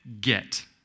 get